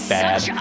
bad